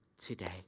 today